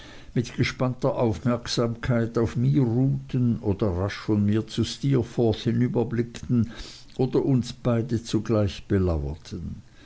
mit gespannter aufmerksamkeit auf mir ruhten oder rasch von mir zu steerforth hinüberblickten oder uns beide zugleich